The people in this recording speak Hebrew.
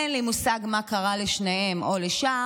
אין לי מושג מה קרה לשניהם או לשאר,